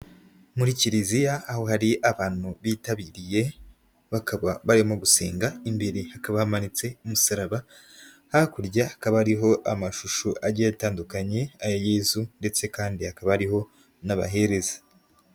Muri kiliziya aho hari abantu bitabiriye bakaba barimo gusenga, imbere hakaba hamanitse umusaraba, hakurya hakaba ariho amashusho agiye atandukanye, aya yezu ndetse kandi hakaba hariho n'abahereza.